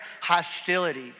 hostility